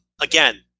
again